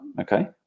Okay